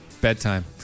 Bedtime